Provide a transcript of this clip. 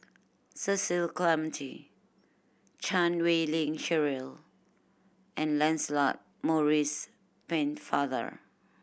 Cecil Clementi Chan Wei Ling Cheryl and Lancelot Maurice Pennefather